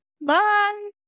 Bye